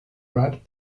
brad